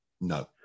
No